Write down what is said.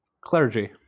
clergy